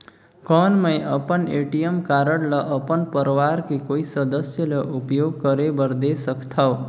कौन मैं अपन ए.टी.एम कारड ल अपन परवार के कोई सदस्य ल उपयोग करे बर दे सकथव?